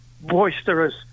boisterous